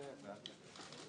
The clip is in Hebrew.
הצעה 61 של קבוצת סיעת יש עתיד?